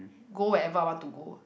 go wherever I want to go